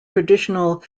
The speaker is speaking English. traditional